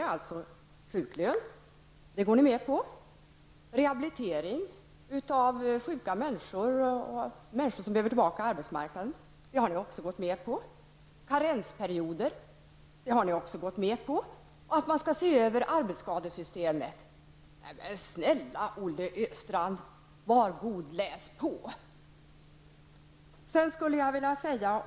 Vi föreslår sjuklön, rehabilitering av sjuka människor och människor som behöver komma tillbaka på arbetsmarknaden, karensperioder samt att man skall se över arbetsskadesystemet. Allt detta har ni gått med på. Nej, snälla Olle Östrand, var god läs på!